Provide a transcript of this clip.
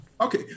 Okay